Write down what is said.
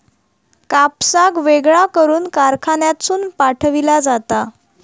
कापसाक वेगळा करून कारखान्यातसून पाठविला जाता